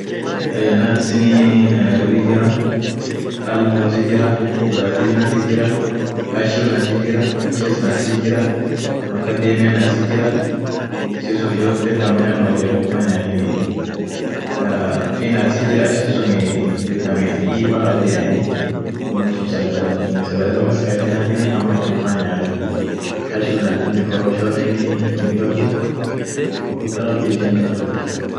Anin silaate stelen still fa sun tumied, isunio ihoodu, aminen harakum sagale daaba akchole. ka silaate ibid isan sun sii hingeen, suut choleai. iskuun maana mal ibid isan sun sigo siguba, wonsunii hatari siit hindufai. duum tuuniitu irchole ka ihoodin sun